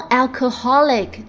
alcoholic